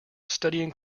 studying